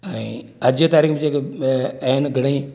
ऐं अॼु जे तारीख़ जेके आहिनि घणेई